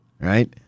Right